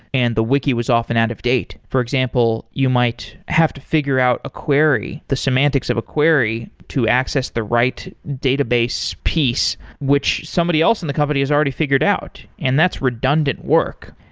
and the wiki was often out of date. for example, you might have to figure out a query, the semantics of a query to access the right database piece which somebody else in the company has already figured out, and that's redundant work.